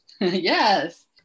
Yes